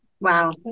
Wow